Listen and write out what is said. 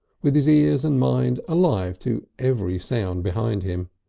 with his ears and mind alive to every sound behind him.